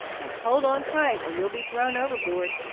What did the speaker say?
and hold on tight or you'll be thrown overboard.